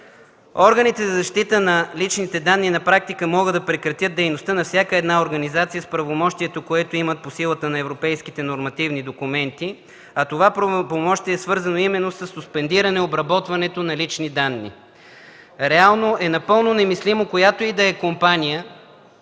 Органите за защита на личните данни на практика могат да прекратят дейността на всяка една организация с правомощието, което имат по силата на европейските нормативни документи, а това правомощие е свързано именно със суспендиране на обработването на лични данни. Реално е напълно немислимо която и да е компания